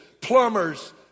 plumbers